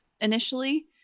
initially